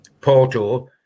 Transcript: Porto